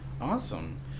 Awesome